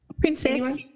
Princess